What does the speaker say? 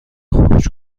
خروج